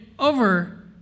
over